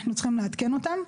אנחנו צריכים לעדכן אותן,